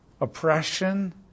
oppression